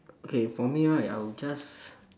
okay for me right I would just